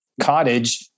cottage